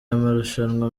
amarushanwa